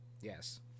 Yes